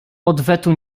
odwetu